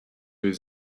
his